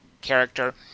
character